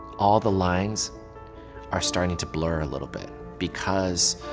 all the lines are starting to blur a little bit because